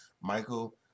Michael